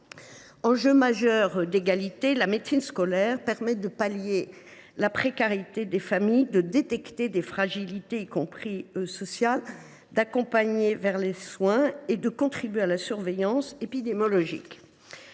Enjeu majeur d’égalité, la médecine scolaire permet de pallier la précarité des familles, de détecter des fragilités, y compris sociales, d’accompagner vers les soins et de contribuer à la surveillance épidémiologique.